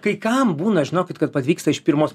kai kam būna žinokit kad pavyksta iš pirmos